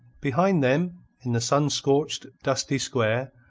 behind them in the sun-scorched, dusty square,